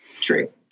True